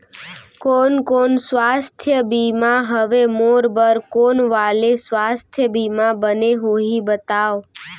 कोन कोन स्वास्थ्य बीमा हवे, मोर बर कोन वाले स्वास्थ बीमा बने होही बताव?